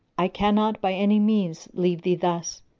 i cannot by any means leave thee thus,